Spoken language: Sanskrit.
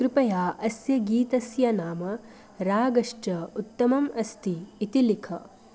कृपया अस्य गीतस्य नाम रागश्च उत्तमम् अस्ति इति लिख